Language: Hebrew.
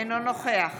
אינו נוכח